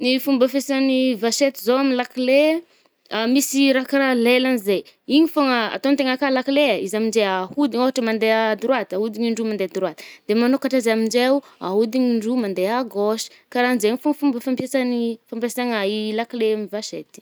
Ny fomba fiasan’ny vachette zao amy la clé e, misy i raha karaha lelagny zay, igny fôgna atôn-tegna akà la clé e, izy aminje ahodigny ôhatra mandeha à droite ahodigny indroa mande droite. De magnokatra azy aminjeo ahodigny indroa mande à gauche, karanzaigny fô fômba fampiasagny i fômba fampiasagna i la clé amy vachetty.